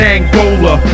Angola